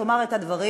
תאמר את הדברים,